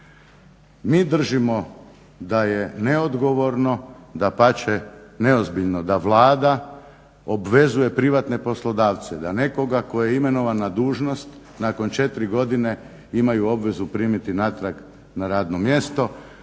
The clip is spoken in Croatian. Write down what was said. Mi držimo da je neodgovorno, dapače neozbiljno da Vlada obvezuje privatne poslodavce da nekoga tko je imenovan na dužnost nakon 4 godine imaju obavezu primiti natrag na radno mjesto.